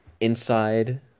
inside